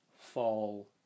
fall